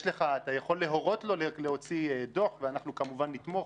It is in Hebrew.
אתה יכול להורות לו להוציא דוח ואנחנו כמובן נתמוך,